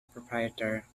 proprietor